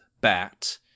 bat